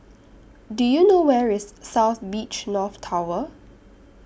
Do YOU know Where IS South Beach North Tower